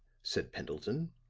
said pendleton,